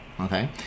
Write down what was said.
Okay